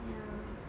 ya